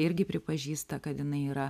irgi pripažįsta kad jinai yra